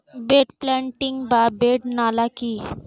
Bed planting বা bed নালা কি?